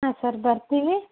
ಹಾಂ ಸರಿ ಬರ್ತೀವಿ